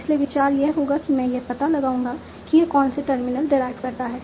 इसलिए विचार यह होगा कि मैं यह पता लगाऊंगा कि यह कौन से टर्मिनल डेराइव करता है